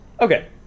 Okay